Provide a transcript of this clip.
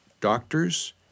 doctors